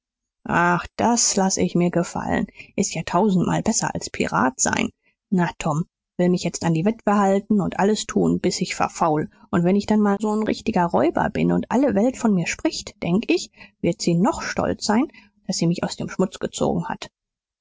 na das laß ich mir gefallen s ist ja tausendmal besser als pirat sein na tom will mich jetzt an die witwe halten und alles tun bis ich verfaul und wenn ich dann mal so n richtiger räuber bin und alle welt von mir spricht denk ich wird sie noch stolz sein daß sie mich aus dem schmutz gezogen hat